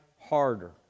harder